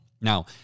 Now